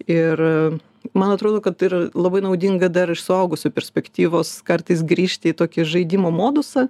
ir man atrodo kad ir labai naudinga dar iš suaugusių perspektyvos kartais grįžti į tokį žaidimo modusą